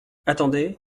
attendez